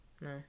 No